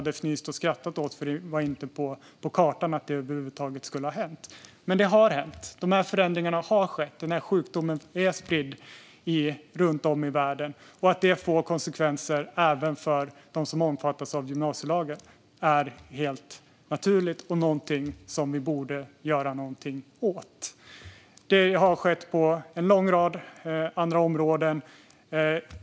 Det fanns över huvud taget inte på kartan att det skulle hända. Men det har hänt. De här förändringarna har skett. Den här sjukdomen är spridd runt om i världen. Att det får konsekvenser även för dem som omfattas av gymnasielagen är helt naturligt och något som vi borde göra någonting åt. Förändringar har skett på en lång rad andra områden.